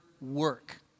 Work